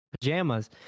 pajamas